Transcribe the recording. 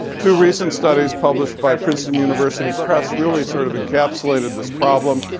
two recent studies published by princeton university press really sort of encapsulated this problem,